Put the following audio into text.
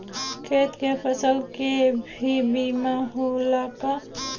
खेत के फसल के भी बीमा होला का?